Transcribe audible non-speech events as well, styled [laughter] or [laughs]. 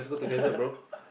[laughs]